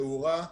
תאורה.